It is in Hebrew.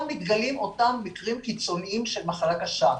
מתגלים אותם מקרים קיצוניים של מחלה קשה.